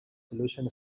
solution